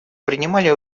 принимали